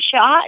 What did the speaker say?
shot